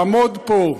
לעמוד פה,